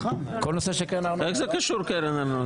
איך קשורה קרן הארנונה?